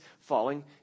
falling